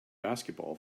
basketball